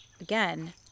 again